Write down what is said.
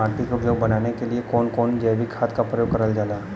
माटी के उपजाऊ बनाने के लिए कौन कौन जैविक खाद का प्रयोग करल जाला?